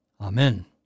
Amen